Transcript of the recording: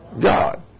God